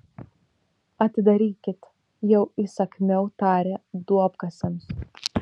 atidarykit jau įsakmiau tarė duobkasiams